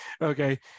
okay